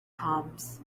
palms